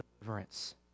deliverance